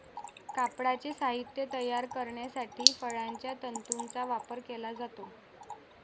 कापडाचे साहित्य तयार करण्यासाठी फळांच्या तंतूंचा वापर केला जातो